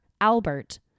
Albert